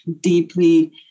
deeply